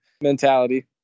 mentality